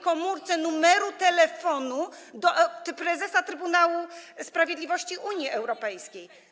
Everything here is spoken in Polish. komórce numeru telefonu do prezesa Trybunału Sprawiedliwości Unii Europejskiej.